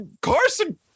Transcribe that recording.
Carson